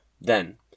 Then